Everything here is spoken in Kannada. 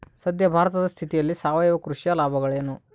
ಸದ್ಯ ಭಾರತದ ಸ್ಥಿತಿಯಲ್ಲಿ ಸಾವಯವ ಕೃಷಿಯ ಲಾಭಗಳೇನು?